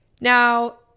Now